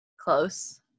close